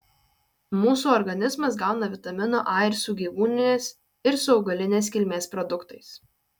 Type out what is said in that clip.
mūsų organizmas gauna vitamino a ir su gyvūninės ir su augalinės kilmės produktais